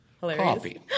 coffee